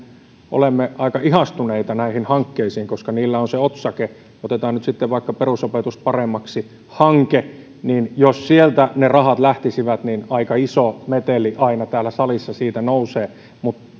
olemme aika ihastuneita näihin hankkeisiin koska niillä on otsake otetaan nyt sitten vaikka perusopetus paremmaksi hanke jos sieltä ne rahat lähtisivät niin aika iso meteli täällä salissa siitä nousisi mutta